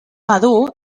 madur